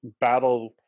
battle